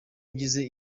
ngize